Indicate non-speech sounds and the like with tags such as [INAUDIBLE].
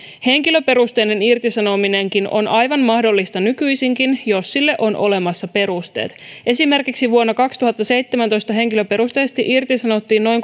henkilöperusteinen irtisanominenkin on aivan mahdollista nykyisinkin jos sille on olemassa perusteet esimerkiksi vuonna kaksituhattaseitsemäntoista henkilöperusteisesti irtisanottiin noin [UNINTELLIGIBLE]